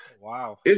Wow